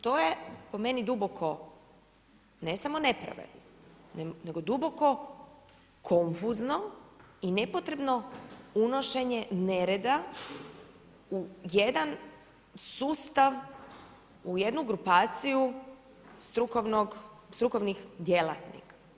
To je po meni duboko, ne samo nepravedno, nego duboko konfuzno i nepotrebno unošenje nereda u jedan sustav, u jednu grupaciju, strukovnih djelatnika.